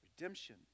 Redemption